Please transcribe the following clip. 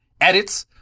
edits